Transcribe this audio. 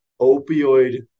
opioid